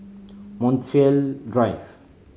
Montreal Drive